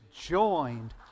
joined